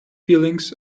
feelings